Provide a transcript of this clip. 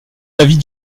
l’avis